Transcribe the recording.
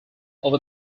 over